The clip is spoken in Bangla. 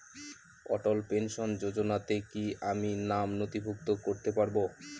অটল পেনশন যোজনাতে কি আমি নাম নথিভুক্ত করতে পারবো?